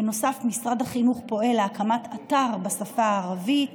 בנוסף משרד החינוך פועל להקמת אתר בשפה הערבית.